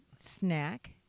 snack